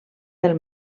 del